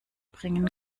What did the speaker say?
bringen